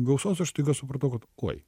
gausos aš staiga supratau kad uoj